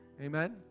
Amen